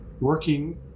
working